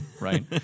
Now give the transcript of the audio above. right